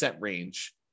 range